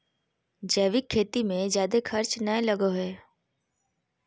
जैविक खेती मे जादे खर्च नय लगो हय